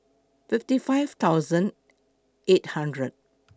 fifty five thousand eight hundred